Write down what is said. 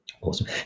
Awesome